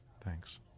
Thanks